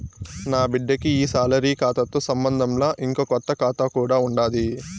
నాబిడ్డకి ఈ సాలరీ కాతాతో సంబంధంలా, ఇంకో కొత్త కాతా కూడా ఉండాది